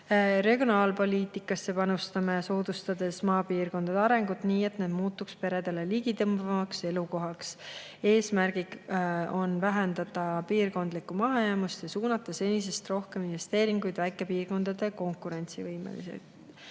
Regionaalpoliitikasse panustame, soodustades maapiirkondade arengut nii, et need muutuks peredele ligitõmbavamaks elukohaks. Eesmärgid on vähendada piirkondlikku mahajäämust ja suunata senisest rohkem investeeringuid väikepiirkondade konkurentsivõimesse.